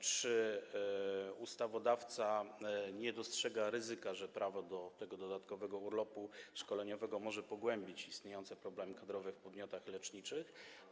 Czy ustawodawca nie dostrzega ryzyka związanego z tym, że prawo do tego dodatkowego urlopu szkoleniowego może pogłębić istniejące problemy kadrowe w podmiotach leczniczych?